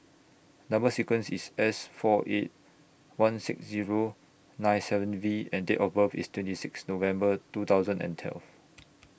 Number sequence IS S four eight one six Zero nine seven V and Date of birth IS twenty six November two thousand and twelve